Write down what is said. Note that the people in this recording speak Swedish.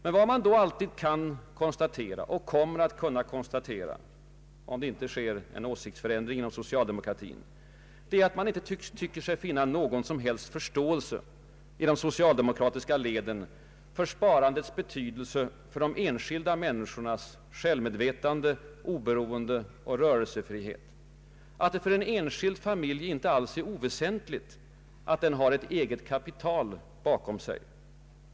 Vad man emellertid alltid kan konstatera — och kommer att kunna konstatera, om det inte sker en åsiktsförändring inom socialdemokratin — är att man inte tycker sig finna någon som helst förståelse i de socialdemokratiska leden för sparandets betydelse för de enskilda människornas självmedvetande, oberoende och rörelsefrihet och för att det för de enskilda människorna inte alls är oväsentligt att ha ett eget kapital bakom sig.